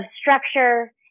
structure